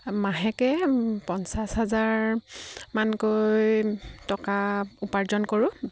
মাহেকৈ পঞ্চাছ হাজাৰমানকৈ টকা উপাৰ্জন কৰোঁ